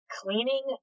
cleaning